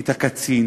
את הקצין,